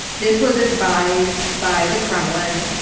this was advised by the kremlin.